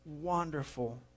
wonderful